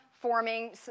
forming